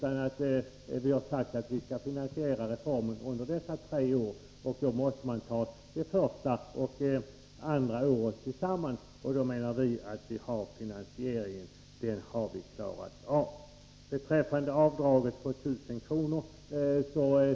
Vi har sagt att man skall finansiera reformen under dessa tre år. Då måste man ta det första och andra året tillsammans. Vi anser att vi därmed har klarat av finansieringen. Beträffande avdraget på 1000 kr.